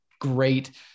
great